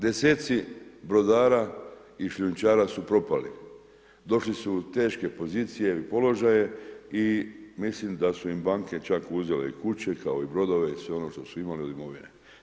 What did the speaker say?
Deseci brodara i šljunčara su propali, došli su u teške pozicije i položaje i mislim da su im banke čak uzele i kuće kao i brodove i sve ono što su imali od imovine.